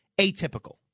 atypical